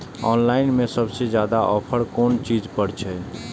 Online में सबसे ज्यादा ऑफर कोन चीज पर छे?